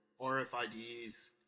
RFIDs